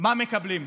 מה מקבלים.